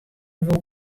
woe